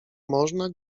można